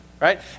Right